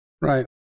Right